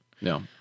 No